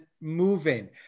moving